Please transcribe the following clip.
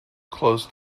close